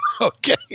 Okay